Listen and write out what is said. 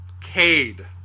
Cade